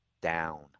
down